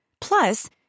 Plus